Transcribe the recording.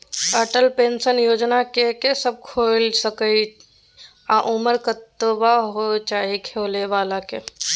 Atal pension Yojana के के सब खोइल सके इ आ उमर कतबा होय चाही खोलै बला के?